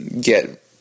get